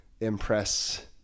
impress